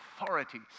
authority